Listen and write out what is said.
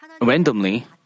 randomly